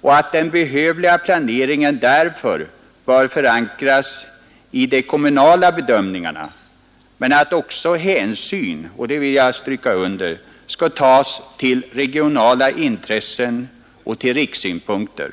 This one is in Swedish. och att den behövliga planeringen därför bör förankras i de kommunala bedömningarna — men att också hänsyn, det vill jag stryka under, skall tas till regionala intressen och till rikssynpunkter.